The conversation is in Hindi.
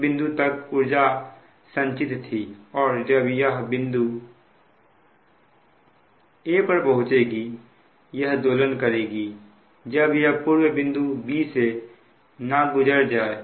इस बिंदु तक ऊर्जा संचित थी और यह जब बिंदु a पर पहुंचेगी यह दोलन करेगी जब ये पूर्व बिंदु b से ना गुजर जाए